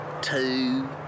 Two